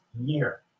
year